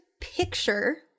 picture